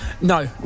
No